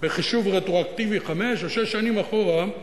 בחישוב רטרואקטיבי חמש-שש שנים אחורה,